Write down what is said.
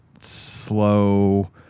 slow